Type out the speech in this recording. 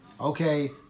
okay